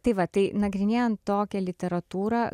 tai va tai nagrinėjant tokią literatūrą